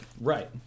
Right